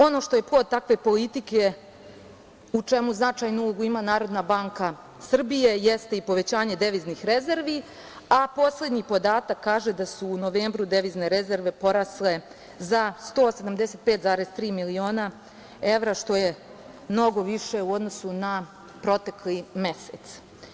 Ono što je plod takve politike, u čemu značajnu ulogu ima Narodna banka Srbije, jeste i povećanje deviznih rezervi, a poslednji podatak kaže da su u novembru devizne rezerve porasle za 175,3 miliona evra što je mnogo više u odnosu na protekli mesec.